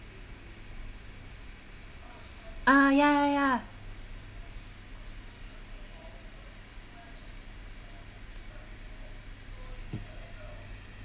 ah ya ya ya